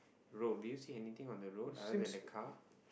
road do you see anything on the road other than the car